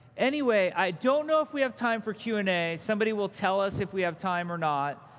anyway, i don't know if we have time for q and a. somebody will tell us if we have time or not.